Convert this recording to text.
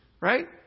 right